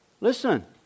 listen